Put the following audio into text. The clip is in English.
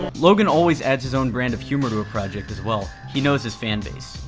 like and always adds his own brand of humor to a project as well. he knows his fan base.